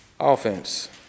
Offense